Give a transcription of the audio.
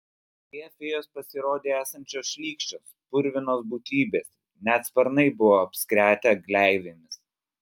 deja fėjos pasirodė esančios šlykščios purvinos būtybės net sparnai buvo apskretę gleivėmis